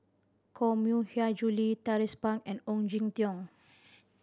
Koh Mui Hiang Julie Tracie Pang and Ong Jin Teong